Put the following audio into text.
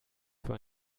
für